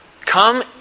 come